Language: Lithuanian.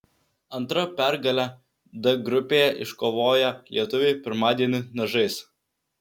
antra pergalę d grupėje iškovoję lietuviai pirmadienį nežais